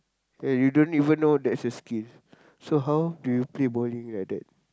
eh you don't even know that's a skill so how do you play bowling like that